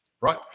right